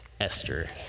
Esther